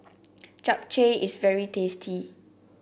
Japchae is very tasty